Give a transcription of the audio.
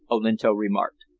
olinto remarked.